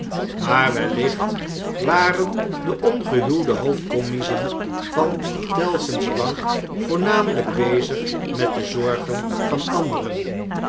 maar wellicht waren de ongehuwde hoofdcommiezen van tellson's bank voornameltjk bezig met de zorgen van anderen